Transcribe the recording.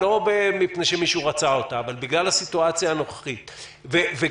לא מפני שמישהו רצה אותה אבל בגלל הסיטואציה הנוכחית וגם,